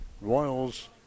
Royals